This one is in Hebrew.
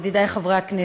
ידידי חברי הכנסת,